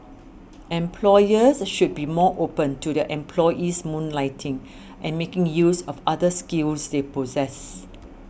employers should be more open to their employees moonlighting and making use of other skills they possess